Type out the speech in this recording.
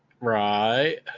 Right